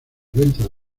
ventas